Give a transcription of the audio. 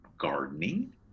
gardening